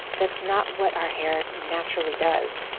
that's not what our hair naturally does.